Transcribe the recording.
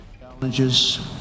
Challenges